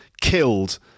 killed